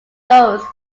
those